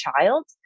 child